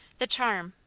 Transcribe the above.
the charm,